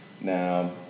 Now